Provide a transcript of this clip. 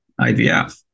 IVF